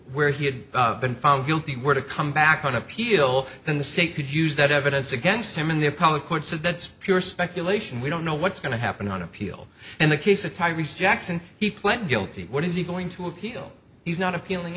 where he had been found guilty were to come back on appeal then the state could use that evidence against him in the appellate court so that's pure speculation we don't know what's going to happen on appeal in the case of time reece jackson he pled guilty what is he going to appeal he's not appealing